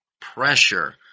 pressure